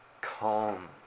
calm